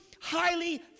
highly